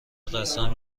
قسم